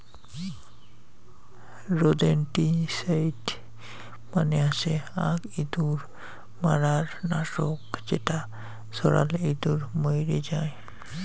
rodenticide মানে হসে আক ইঁদুর মারার নাশক যেটা ছড়ালে ইঁদুর মইরে জাং